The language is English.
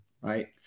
right